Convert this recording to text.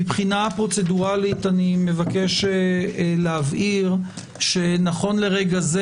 מבחינה פרוצדורלית אני מבקש להבהיר שנכון לרגע זה,